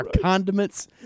condiments